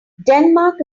denmark